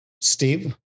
Steve